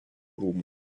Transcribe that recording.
rūmų